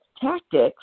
tactics